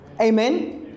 Amen